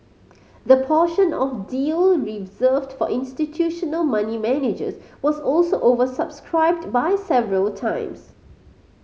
the portion of the deal reserved for institutional money managers was also oversubscribed by several times